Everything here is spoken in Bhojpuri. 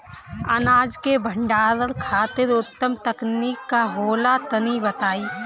अनाज के भंडारण खातिर उत्तम तकनीक का होला तनी बताई?